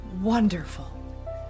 wonderful